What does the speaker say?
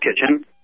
Kitchen